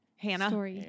Hannah